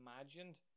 imagined